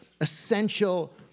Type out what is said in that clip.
essential